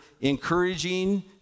encouraging